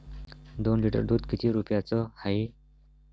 दोन लिटर दुध किती रुप्याचं हाये?